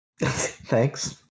Thanks